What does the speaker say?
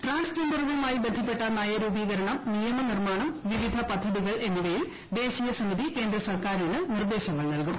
ടാൻസ്ജെൻഡറുകളുമായി ബന്ധപ്പെട്ട നയരൂപീകരണം നിയമ നിർമാണം വിവിധ പദ്ധതികൾ എന്നിവയിൽ ദേശീയ സമിതി കേന്ദ്ര സർക്കാരിന് നിർദ്ദേശങ്ങൾ നൽകും